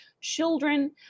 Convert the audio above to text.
children